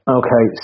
okay